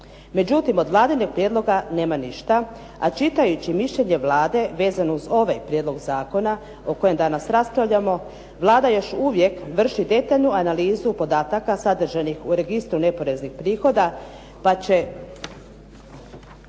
Međutim, od Vladinih prijedloga nema ništa, a čitajući mišljenje Vlade vezano uz ovaj prijedlog zakona o kojem danas raspravljamo, Vlada još uvijek vrši detaljnu analizu podataka sadržanih u registru neporeznih prihoda pa će,